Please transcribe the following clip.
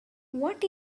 what